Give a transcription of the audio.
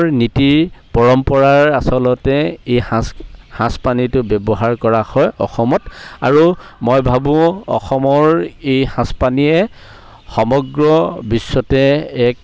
ৰ নীতি পৰম্পৰাৰ আচলতে এই সাঁজ সাঁজপানীটো ব্যৱহাৰ কৰা হয় অসমত আৰু মই ভাবোঁ অসমৰ এই সাঁজপানীয়ে সমগ্ৰ বিশ্বতে এক